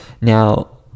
Now